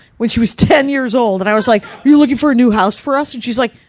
when she was ten years old. and i was like, you're looking for a new house for us? and she was like,